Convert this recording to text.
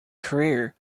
career